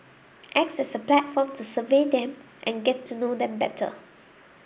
acts as a platform to survey them and get to know them better